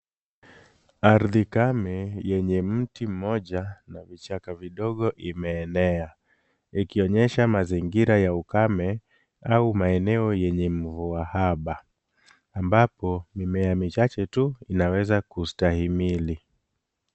Ardhi kame yenye mti mmoja na vichaka vidogo imeenea, ikionyesha mazingira ya ukame au maeneo yenye mvua haba, ambapo mimea michache tu inaweza kustahimili.